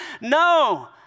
no